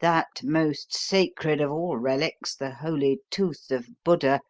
that most sacred of all relics the holy tooth of buddha